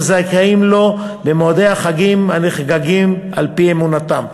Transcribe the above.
זכאים לו במועדי החגים הנחגגים על-פי אמונתם.